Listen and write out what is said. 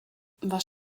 was